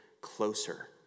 closer